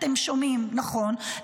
אתם שומעים נכון,